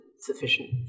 sufficient